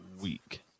week